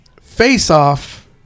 face-off